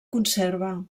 conserva